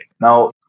Now